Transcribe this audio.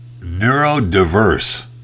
neurodiverse